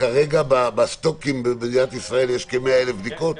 כרגע בסטוקים במדינת ישראל יש כ-100,000 בדיקות?